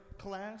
class